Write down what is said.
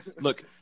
look